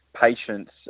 patients